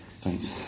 Thanks